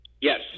Yes